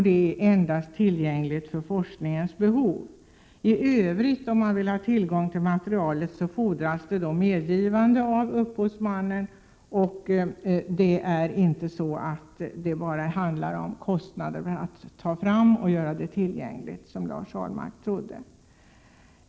Det är tillgängligt endast för forskning. Om man i övrigt vill ha tillgång till materialet fordras medgivande av upphovsmannen. Det handlar inte bara om kostnader för att ta fram materialet och göra det tillgängligt, som Lars Ahlmark trodde.